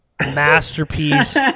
masterpiece